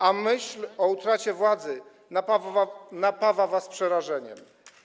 a myśl o utracie władzy napawa was przerażeniem.